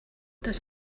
does